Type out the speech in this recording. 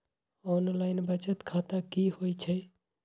Online बचत खाता की होई छई?